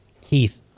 Keith